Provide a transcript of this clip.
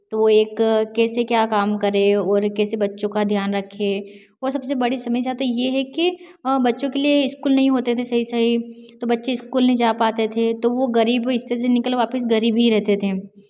तो एक कैसे क्या काम करे और कैसे बच्चों का ध्यान रखे और सबसे बड़ी समस्या तो ये है कि बच्चों के लिए स्कूल नहीं होते थे सही सही तो बच्चे स्कूल नहीं जा पाते थे तो वो गरीब स्थिति से निकल वापिस गरीब ही रहते थे